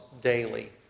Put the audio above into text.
daily